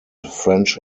french